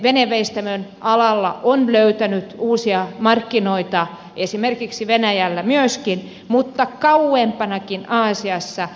moni veneveistämöalalla on löytänyt uusia markkinoita esimerkiksi venäjällä myöskin mutta kauempanakin aasiassa